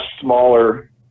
smaller